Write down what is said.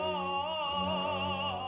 oh